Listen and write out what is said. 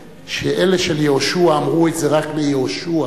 שאלה של יהושע אמרו את זה רק ליהושע.